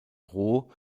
roh